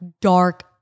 dark